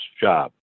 job